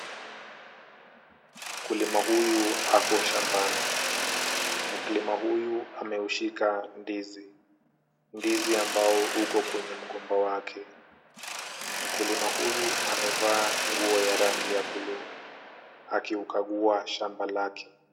Mkulima huyu ako shambani. Mkulima huyu ameushika ndizi. Ndizi ambao uko kwenye mgomba wake. Mkulima huyu amevaa nguo ya rangi ya blue , akiukagua shamba lake.